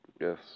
yes